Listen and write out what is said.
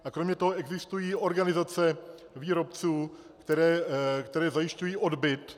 A kromě toho existují organizace výrobců, které zajišťují odbyt.